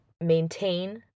maintain